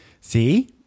See